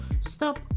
stop